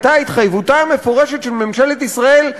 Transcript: הייתה התחייבותה המפורשת של ממשלת ישראל,